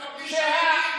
מבחינת נתניהו,